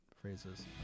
phrases